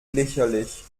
lächerlich